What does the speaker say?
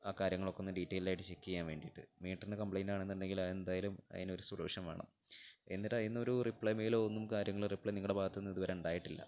ആ കാര്യം ഒക്കെ ഒന്ന് ഡീറ്റെയിൽ ആയിട്ട് ചെക്ക് ചെയ്യാൻ വേണ്ടിയിട്ട് മീറ്ററിന്റെ കംപ്ലയിൻട് ആണെന്ന് ഉണ്ടെങ്കിൽ എന്തായാലും അതിന് ഒരു സൊല്യൂഷൻ വേണം എന്നിട്ട് അതിനൊരു റിപ്ലൈ മെയിൽ ഒന്നും കാര്യങ്ങൾ റിപ്ലൈ നിങ്ങളുടെ ഭാഗത്ത് നിന്ന് ഇതുവരെ ഉണ്ടായിട്ടില്ല